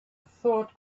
thought